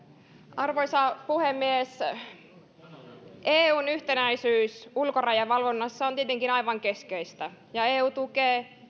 arvoisa puhemies eun yhtenäisyys ulkorajavalvonnassa on tietenkin aivan keskeistä ja eu tukee